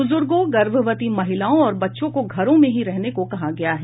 ब्रज्गों गर्भवती महिलाओं और बच्चों को घरों में ही रहने को कहा गया है